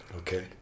Okay